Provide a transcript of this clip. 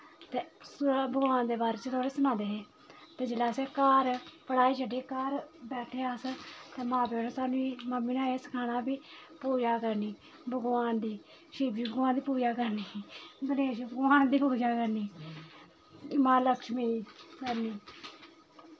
ते सु भगवान दे बारे च थोड़ी सनांदे हे ते जेल्लै असें घर पढ़ाई छड्डियै घर बैठे अस ते मां प्यो ने साह्नू मम्मी ने एह् सखाना भई पूजा करनी भगवान दी शिव जी भगवान दी पूजा करनी गणेश भगवान दी पूजा करनी मां लक्ष्मी दी करनी